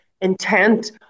intent